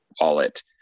wallet